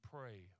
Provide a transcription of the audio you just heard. pray